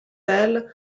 elle